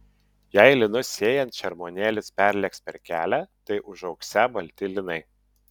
jei linus sėjant šermuonėlis perlėks per kelią tai užaugsią balti linai